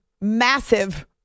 massive